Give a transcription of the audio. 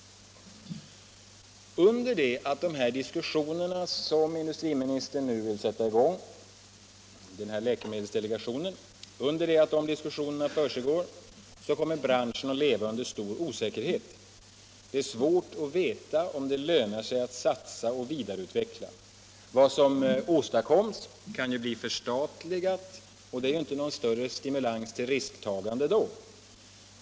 Under det att de diskussioner som industriministern nu vill sätta i gång i läkemedelsdelegationen försiggår kommer branschen att leva under stor osäkerhet. Det är svårt att veta om det lönar sig att satsa och vidareutveckla. Vad som åstadkoms kan bli förstatligat, och det är inte någon större stimulans till risktagande i det.